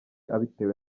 abitewe